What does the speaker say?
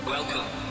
Welcome